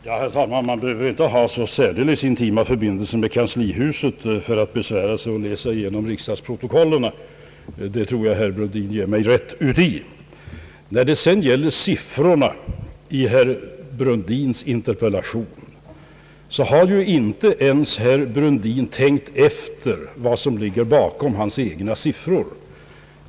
Herr talman! Man behöver ju inte ha så särdeles intima förbindelser med kanslihuset för att göra sig besväret att läsa igenom riksdagsprotokollen — det tror jag att herr Brundin ger mig rätt i. När det sedan gäller siffrorna i interpellationen så har ju inte ens herr Brundin själv tänkt efter vad som ligger bakom dem.